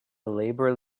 labor